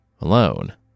alone